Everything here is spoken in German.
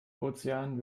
ozean